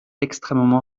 extrêmement